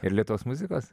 ir lėtos muzikos